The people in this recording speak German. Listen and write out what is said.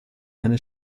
eine